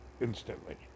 instantly